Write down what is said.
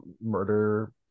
murder